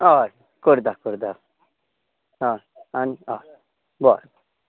हय करता करता आं आं बरें